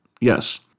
yes